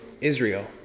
Israel